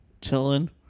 chilling